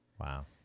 Wow